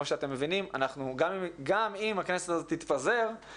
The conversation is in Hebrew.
שאתם מבינים אנחנו גם הכנסת הזו תתפזר,